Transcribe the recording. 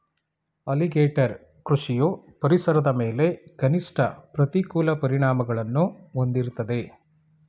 alligator ಕೃಷಿಯು ಪರಿಸರದ ಮೇಲೆ ಕನಿಷ್ಠ ಪ್ರತಿಕೂಲ ಪರಿಣಾಮಗಳನ್ನು ಹೊಂದಿರ್ತದೆ